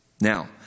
Now